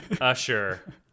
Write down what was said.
Usher